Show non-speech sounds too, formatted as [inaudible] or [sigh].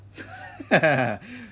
[laughs]